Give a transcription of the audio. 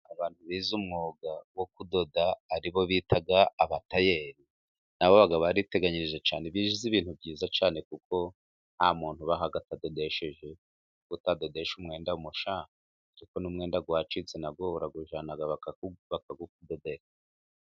Abantu bize umwuga wo kudoda ari bo bita abatayeri, na bo bariteganyirije cyane, bize ibintu byiza cyane, kuko nta muntu ubaho atadodesheje, utadadehesha umwenda mushya, ariko n'umwenda wacitse nawo urawujyana bakawudoda.